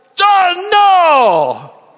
No